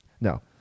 no